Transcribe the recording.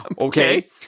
Okay